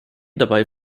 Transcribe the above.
dabei